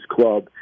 club